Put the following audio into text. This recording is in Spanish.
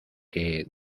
que